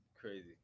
Crazy